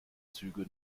züge